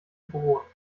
brot